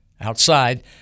Outside